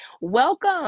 Welcome